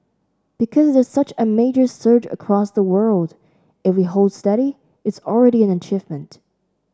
because there's such a major surge across the world if we hold steady it's already an achievement